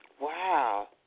Wow